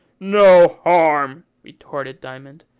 no harm? retorted diamond.